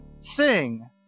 sing